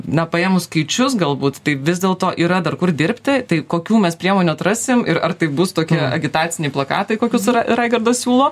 na paėmus skaičius galbūt tai vis dėlto yra dar kur dirbti tai kokių mes priemonių atrasim ir ar tai bus tokie agitaciniai plakatai kokius raigardas siūlo